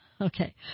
Okay